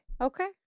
Okay